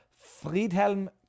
friedhelm